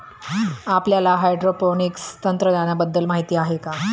आपल्याला हायड्रोपोनिक्स तंत्रज्ञानाबद्दल माहिती आहे का?